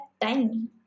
time